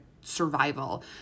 survival